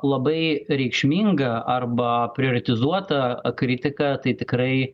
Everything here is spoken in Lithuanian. labai reikšminga arba prioritizuota kritika tai tikrai